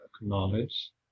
acknowledge